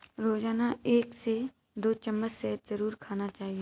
रोजाना एक से दो चम्मच शहद जरुर खाना चाहिए